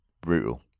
brutal